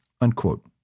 unquote